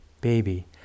baby